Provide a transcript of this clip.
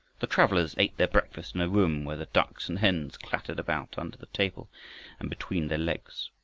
the travelers ate their breakfast in a room where the ducks and hens clattered about under the table and between their legs.